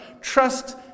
trust